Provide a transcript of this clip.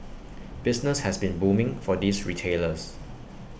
business has been booming for these retailers